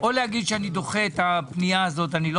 או לומר שאני דוחה עכשיו את הפנייה הזו ואני לא